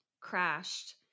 crashed